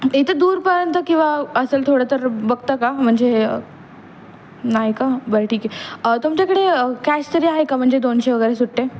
इथं दूरपर्यंत किंवा असेल थोडं तर बघता का म्हणजे नाही का बरं ठीक आहे तुमच्याकडे कॅश तरी आहे का म्हणजे दोनशे वगैरे सुट्टे